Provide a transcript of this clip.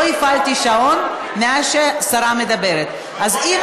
לא הפעלתי שעון מאז השרה מדברת, חמש